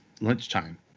Lunchtime